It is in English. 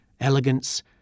elegance